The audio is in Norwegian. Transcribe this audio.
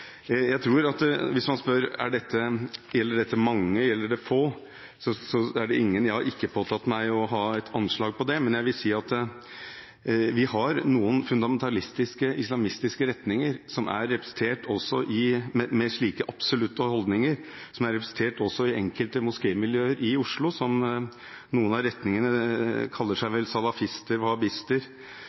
jeg nevnte. Man kan spørre: Gjelder dette mange, gjelder det få? Jeg har ikke påtatt meg å ha et anslag på det, men jeg vil si at vi har noen fundamentalistiske islamistiske retninger som er representert også med slike absolutte holdninger, som er representert også i enkelte moskémiljøer i Oslo. Noen av retningene kaller seg vel salafister, wahabister, og